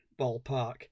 ballpark